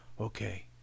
okay